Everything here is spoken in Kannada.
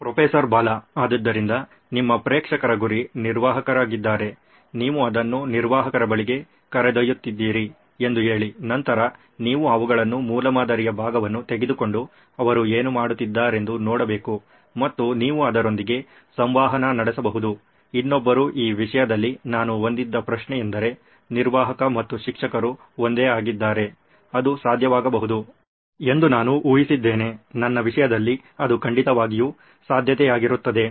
ಪ್ರೊಫೆಸರ್ ಬಾಲಾ ಆದ್ದರಿಂದ ನಿಮ್ಮ ಪ್ರೇಕ್ಷಕರ ಗುರಿ ನಿರ್ವಾಹಕರಾಗಿದ್ದರೆ ನೀವು ಅದನ್ನು ನಿರ್ವಾಹಕರ ಬಳಿಗೆ ಕರೆದೊಯ್ಯುತ್ತಿದ್ದೀರಿ ಎಂದು ಹೇಳಿ ನಂತರ ನೀವು ಅವುಗಳನ್ನು ಮೂಲಮಾದರಿಯ ಭಾಗವನ್ನು ತೆಗೆದುಕೊಂಡು ಅವರು ಏನು ಮಾಡುತ್ತಿದ್ದಾರೆಂದು ನೋಡಬೇಕು ಮತ್ತು ನೀವು ಅದರೊಂದಿಗೆ ಸಂವಹನ ನಡೆಸಬಹುದು ಇನ್ನೊಬ್ಬರು ಈ ವಿಷಯದಲ್ಲಿ ನಾನು ಹೊಂದಿದ್ದ ಪ್ರಶ್ನೆಯೆಂದರೆ ನಿರ್ವಾಹಕ ಮತ್ತು ಶಿಕ್ಷಕರು ಒಂದೇ ಆಗಿದ್ದರೆ ಅದು ಸಾಧ್ಯವಾಗಬಹುದು ಎಂದು ನಾನು ಊಹಿಸಿದ್ದೇನೆ ನನ್ನ ವಿಷಯದಲ್ಲಿ ಅದು ಖಂಡಿತವಾಗಿಯೂ ಸಾಧ್ಯತೆಯಾಗಿರುತ್ತದೆ